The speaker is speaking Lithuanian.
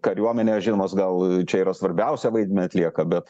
nu kariuomenė žinomos gal čia yra svarbiausią vaidmenį atlieka bet